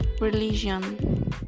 religion